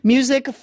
Music